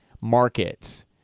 markets